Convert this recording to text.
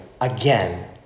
again